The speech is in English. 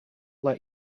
let